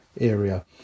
area